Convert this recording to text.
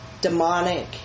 demonic